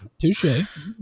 Touche